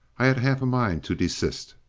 i had half a mind to desist,